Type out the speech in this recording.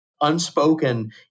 unspoken